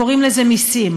קוראים לזה מסים.